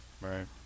right